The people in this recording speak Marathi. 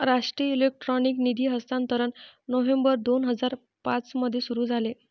राष्ट्रीय इलेक्ट्रॉनिक निधी हस्तांतरण नोव्हेंबर दोन हजार पाँच मध्ये सुरू झाले